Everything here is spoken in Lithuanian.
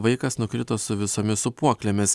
vaikas nukrito su visomis sūpuoklėmis